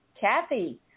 Kathy